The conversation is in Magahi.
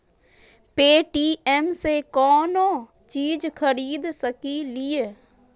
पे.टी.एम से कौनो चीज खरीद सकी लिय?